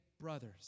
brothers